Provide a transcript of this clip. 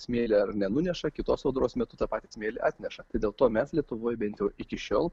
smėlio nenuneša kitos audros metu tą smėlį atneša tai dėl to mes lietuvoj bent jau iki šiol